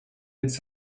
its